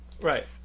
Right